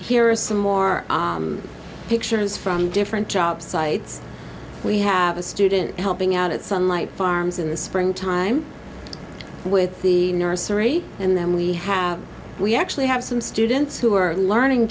are some more pictures from different job sites we have a student helping out at sunlight farms in the spring time with the nursery and then we have we actually have some students who are learning